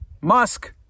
Musk